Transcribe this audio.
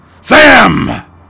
Sam